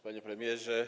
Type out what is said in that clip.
Panie Premierze!